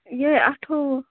یِہَے اَٹھووُہ